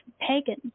Pagan